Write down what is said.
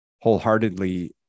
wholeheartedly